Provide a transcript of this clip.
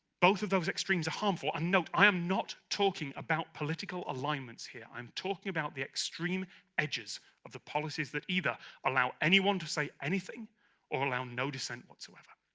both of those extremes are harmful and note i am not talking about political alignments here i'm talking about the extreme edges of the policies that either allow anyone to say anything or allow no dissent whatsoever.